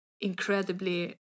incredibly